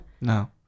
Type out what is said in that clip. No